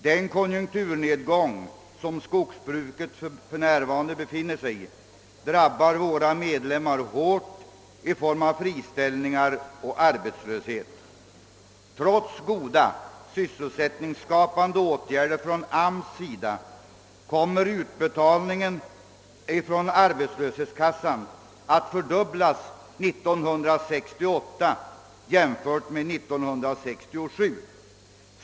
Den konjunkturnedgång som <:skogsbruket f.n. befinner sig i drabbar våra medlemmar hårt i form av friställningar och arbetslöshet. Trots goda sysselsättningsskapande åtgärder från AMS sida kommer utbetalningen till arbetslösa inom avdelningen att fördubblas 1968 jämfört med år 1967.